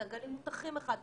העגלים מוטחים אחד בשני,